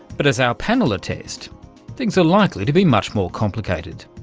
but as our panel attest, things are likely to be much more complicated.